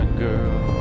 girl